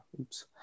oops